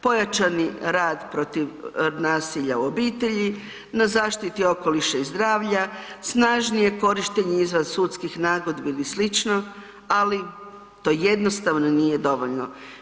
Pojačani rad protiv nasilja u obitelji, na zaštiti okoliša i zdravlja, snažnije korištenje izvansudskih nagodbi ili sl., ali to jednostavno nije dovoljno.